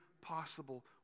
possible